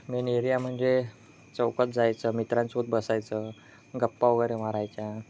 main area म्हणजे चौकात जायचं मित्रांसोबत बसायचं गप्पा वगैरे मारायच्या